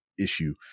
issue